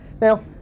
now